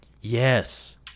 Yes